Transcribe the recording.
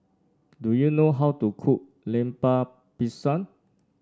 do you know how to cook Lemper Pisang